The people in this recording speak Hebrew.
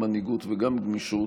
גם מנהיגות וגם גמישות.